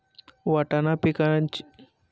वाटाणा पिकांची कापणी किती दिवसानंतर करावी?